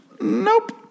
Nope